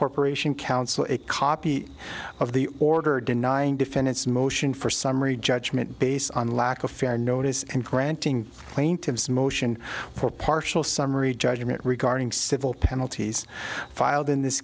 corporation counsel a copy of the order denying defendants motion for summary judgment based on lack of fair notice and granting plaintiff's motion for partial summary judgment regarding civil penalties filed in this